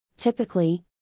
Typically